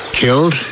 Killed